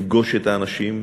לפגוש את האנשים,